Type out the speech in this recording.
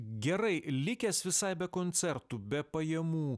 gerai likęs visai be koncertų be pajamų